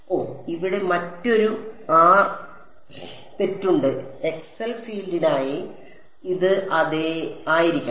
ഓ ഇവിടെ മറ്റൊരു ത്തെറ്റുണ്ട് എക്സൽ ഫീൽഡിനായി ഇത് അതെ ആയിരിക്കണം